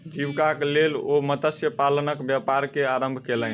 जीवीकाक लेल ओ मत्स्य पालनक व्यापार के आरम्भ केलैन